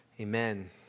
Amen